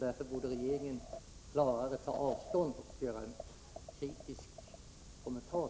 Därför borde regeringen klarare ta avstånd och göra en kritisk kommentar.